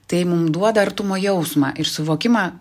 tai mum duoda artumo jausmą ir suvokimą